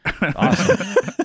Awesome